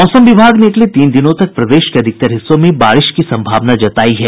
मौसम विभाग ने अगले तीन दिनों तक प्रदेश के अधिकतर हिस्सों में बारिश की संभावना जतायी है